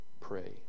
pray